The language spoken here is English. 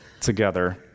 together